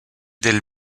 del